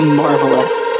marvelous